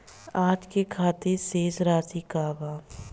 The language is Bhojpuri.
आज के खातिर शेष राशि का बा?